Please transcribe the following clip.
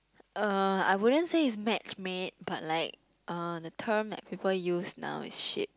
uh I wouldn't say it's matchmade but like uh the term like people use now is ship